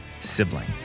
sibling